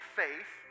faith